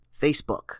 Facebook